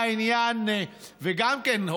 וגם כן,